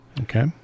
Okay